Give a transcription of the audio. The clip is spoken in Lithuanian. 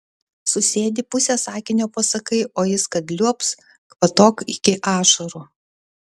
susėdi pusę sakinio pasakai o jis kad liuobs kvatok iki ašarų